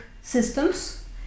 systems